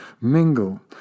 mingle